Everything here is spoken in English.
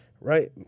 right